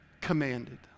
commanded